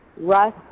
Russ